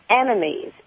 enemies